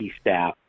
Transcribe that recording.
staff